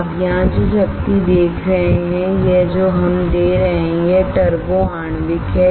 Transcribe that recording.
आप यहाँ जो शक्ति देख रहे हैं यह जो हम दे रहे हैं वह टर्बो आणविक है